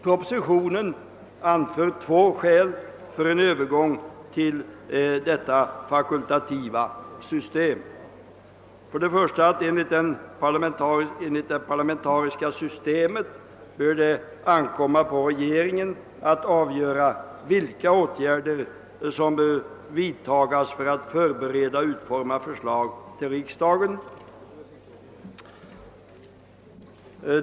Propositionen anför två skäl för en övergång till detta fakultativa system. Det ena är att det enligt den parlamentariska principen bör ankomma på regeringen att avgöra vilka åtgärder som skall vidtagas för att förbereda och utforma förslag till riksdagen.